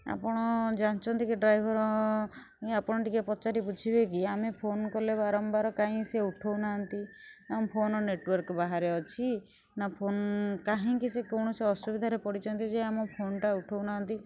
ଆପଣ ଜାଣିଛନ୍ତି କି ଡ୍ରାଇଭର୍ ନି ଆପଣ ଟିକେ ପଚାରି ବୁଝିବେ କି ଆମେ ଫୋନ୍ କଲେ ବାରମ୍ବାର କାଇଁ ସିଏ ଉଠଉ ନାହାନ୍ତି ତାଙ୍କ ଫୋନ୍ ନେଟୱାର୍କ୍ ବାହାରେ ଅଛି ନାଁ ଫୋନ୍ କାହିଁକି ସେ କୌଣସି ଅସୁବିଧାରେ ପଡ଼ିଛନ୍ତି ଯେ ଆମ ଫୋନ୍ଟା ଉଠଉ ନାହାନ୍ତି